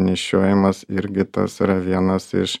nešiojimas irgi tas yra vienas iš